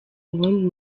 ubundi